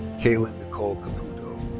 kaitlin nicole caputo.